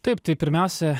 taip tai pirmiausia